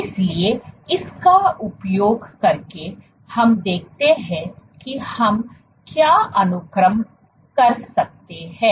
इसलिए इसका उपयोग करके हम देखते हैं कि हम क्या अनुकरण कर सकते हैं